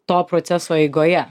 to proceso eigoje